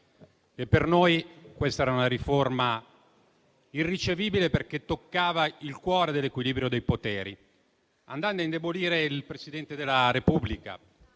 per noi questa era una riforma irricevibile, perché toccava il cuore dell'equilibrio dei poteri, andando a indebolire il Presidente della Repubblica.